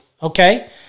Okay